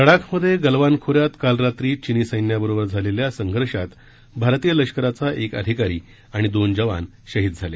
लड्डाखमध्ये गलवान खोऱ्यात काल रात्री चिनी सैन्याबरोबर झालेल्या संघर्षामध्ये भारतीय लष्कराचा एक अधिकारी आणि दोन जवान शहीद झाले